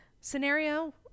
Scenario